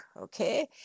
okay